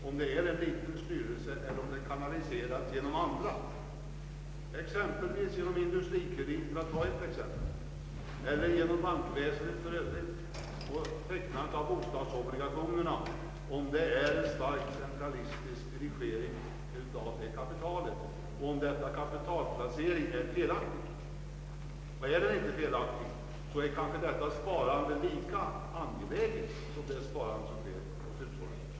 är det en liten styrelse, eller kanaliseras besluten genom andra organ, exempelvis genom Industrikredit eller genom bankväsendet i övrigt? Förekommer det en stark centralistisk dirigering när det gäller tecknandet av bostadsobligationer, och är denna kapitalplacering felaktig? Om den inte är felaktig är kanske detta sparande lika angeläget som det sparande som sker hos hushållen.